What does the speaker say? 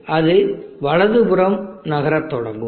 எனவே அது வலதுபுறம் நகரத் தொடங்கும்